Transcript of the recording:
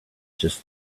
just